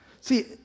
See